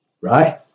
Right